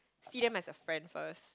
see them as a friend first